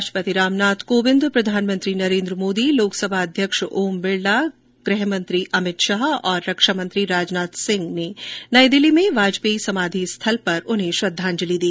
राष्ट्रपति रामनाथ कोविंद प्रधानमंत्री नरेन्द्र मोदी लोकसभा अध्यक्ष ओम बिड़ला गृहमंत्री अमित शाह और रक्षामंत्री राजनाथ सिंह ने नई दिल्ली में वाजपेयी समाधि स्थल पर उन्हें श्रद्वांजलि दी